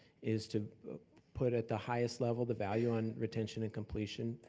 is to put at the highest level the value on retention and completion,